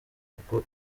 kuko